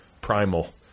primal